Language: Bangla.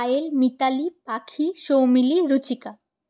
পায়েল মিতালি আঁখি সৌমিলি রুচিকা